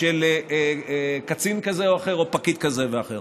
של קצין כזה או אחר או פקיד כזה ואחר.